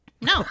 No